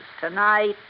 Tonight